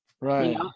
Right